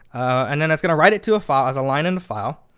and then it's going to write it to a file as a line in the file.